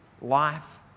life